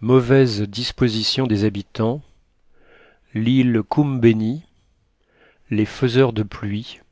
mauvaises dispositions des habitants l'île koumbeni les faiseurs de pluie